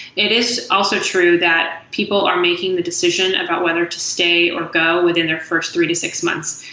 it is also true that people are making the decision about whether to stay or go within their first three to six months.